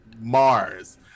Mars